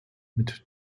mit